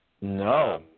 No